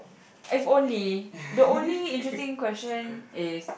if only the only interesting question is